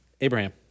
Abraham